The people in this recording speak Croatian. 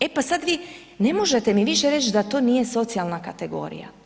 E pa sad, vi ne možete mi više reći da to nije socijalna kategorija.